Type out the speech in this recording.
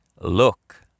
look